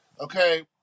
Okay